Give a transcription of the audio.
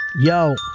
Yo